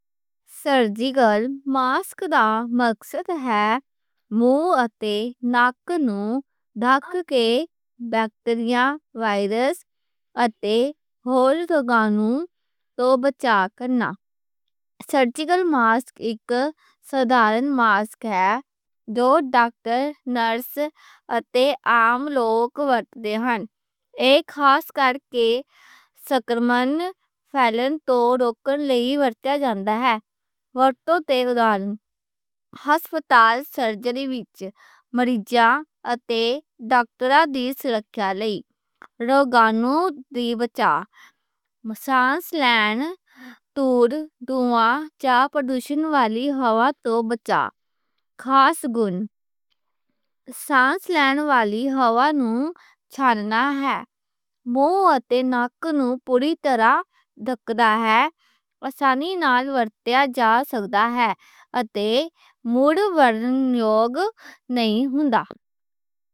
Surgical mask دا مقصد ہے منہ اتے ناک نوں ڈھانپ کے بیکٹیریا، وائرس اتے پردوشن والی ہوا توں بچاؤ کرنا۔ سرجیکل ماسک اک سادھا ماسک ہے جو ڈاکٹر، نرس اتے عام لوک ورت دے نیں۔ اک خاص کرکے سنکرمن دا پھیلاؤ روکݨ لئی ورتیا جاندا ہے۔ ورتیندے اُدارن، ہسپتال سرجری وچ مریضاں اتے ڈاکٹراں دی سرکھیا لئی۔ روگاں توں بچاؤ، سانس لینے توں پھیلاؤ روکݨ، پردوشن والی ہوا توں بچاؤ۔ خاص گُن، سانس لینے والی ہوا نوں چھانݨ کرنا ہے۔ منہ اتے ناک نوں پوری طرح ڈھانپدا ہے۔ وکھری نال ورتیا جا سکدا ہے۔ اتے مُڑ وار وی نا جوگ ہوندا۔